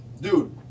Dude